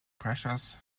pressures